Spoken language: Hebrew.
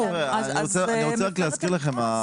אני רוצה רק להסביר לכם,